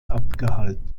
abgehalten